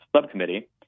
Subcommittee